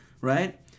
right